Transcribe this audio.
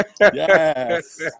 Yes